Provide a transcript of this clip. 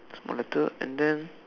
small letter and then